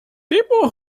people